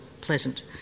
pleasant